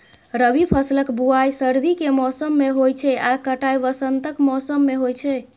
रबी फसलक बुआइ सर्दी के मौसम मे होइ छै आ कटाइ वसंतक मौसम मे होइ छै